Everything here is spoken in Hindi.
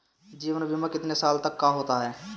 जीवन बीमा कितने साल तक का होता है?